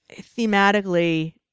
thematically